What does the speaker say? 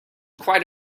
quite